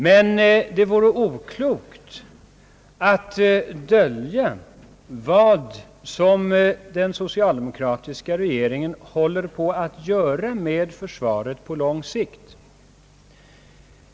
Men det vore oklokt att dölja vad den socialdemokratiska regeringen på lång sikt håller på att göra med försvaret.